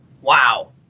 Wow